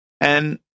And-